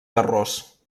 terrós